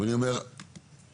אבל מאיפה קיבלת את הפרסים?